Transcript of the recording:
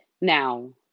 Now